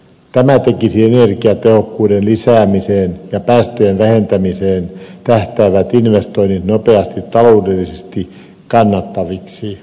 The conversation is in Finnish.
tämä tekisi energiatehokkuuden lisäämiseen ja päästöjen vähentämiseen tähtäävät investoinnit nopeasti taloudellisesti kannattaviksi